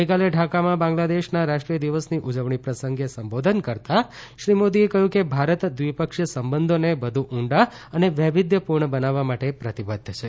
ગઇકાલે ઢાકામાં બાંગ્લાદેશના રાષ્ટ્રીય દિવસની ઉજવણી પ્રસંગે સંબોધતા શ્રી મોદીએ કહ્યું કે ભારત દ્વિપક્ષીય સંબંધોને વધુ ઊંડા અને વૈવિધ્યપૂર્ણ બનાવવા માટે પ્રતિબદ્ધ છે